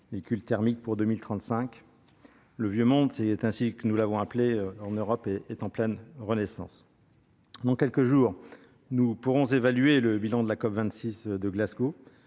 voitures thermiques pour 2035. Le « vieux monde »- c'est ainsi que l'on appelait l'Europe -est en pleine renaissance. Dans quelques jours, nous pourrons évaluer le bilan de la COP26 de Glasgow